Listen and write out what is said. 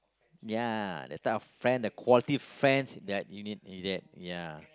ya that type of friend the quality friends you need you that ya